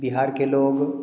बिहार के लोग